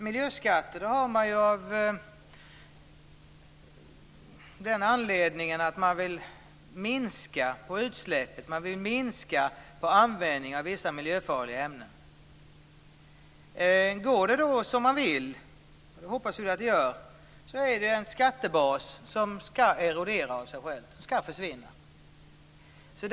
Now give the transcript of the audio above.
Miljöskatter har man av den anledningen att man vill minska utsläppen och minska användningen av vissa miljöfarliga ämnen. Går det som man vill - och det hoppas jag att det gör - är det fråga om en skattebas som skall erodera - försvinna - av sig själv.